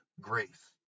grace